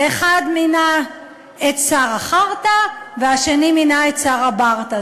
לאחד מינה את שר החארטה ולשני מינה את שר הברטה.